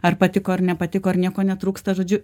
ar patiko ar nepatiko ar nieko netrūksta žodžiu